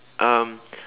um